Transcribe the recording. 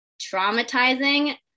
traumatizing